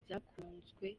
zakunzwe